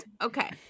Okay